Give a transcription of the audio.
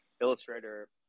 illustrator